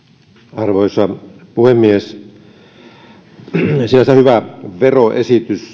arvoisa puhemies sinänsä hyvä veroesitys